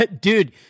dude